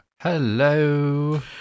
hello